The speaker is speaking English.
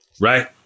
right